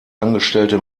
angestellte